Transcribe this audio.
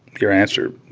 your answer,